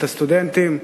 את הסטודנטים,